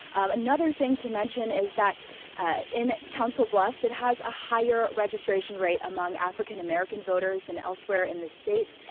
another thing to mention is that in council bluffs it has a higher registration rate among african american voters and elsewhere in the state.